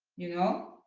you know?